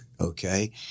Okay